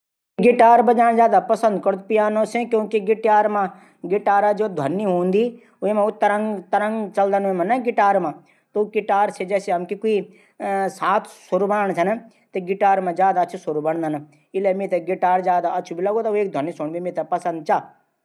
मि घारो खांणू ज्यादा पंसद करदू। घारू खांणू सुद और साफ हूंदू। रेस्तरां खाणू बिमरी पैदा करदू।